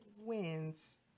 wins